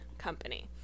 company